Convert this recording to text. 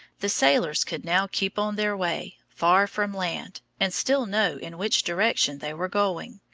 the sailors could now keep on their way, far from land, and still know in which direction they were going.